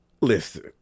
Listen